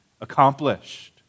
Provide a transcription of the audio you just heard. Accomplished